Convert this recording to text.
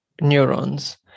neurons